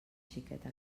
xiqueta